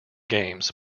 games